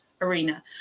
arena